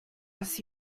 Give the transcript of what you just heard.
was